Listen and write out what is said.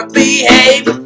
behave